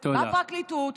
בפרקליטות,